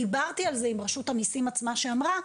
דיברתי על זה עם רשות המיסים עצמה שאמרה,